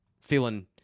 feeling